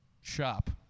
Shop